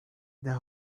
that